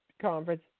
conference